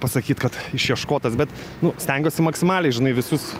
pasakyt kad išieškotas bet nu stengiuosi maksimaliai žinai visus